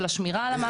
של השמירה על המאגר.